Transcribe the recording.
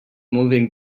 moving